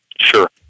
Sure